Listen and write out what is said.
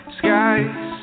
skies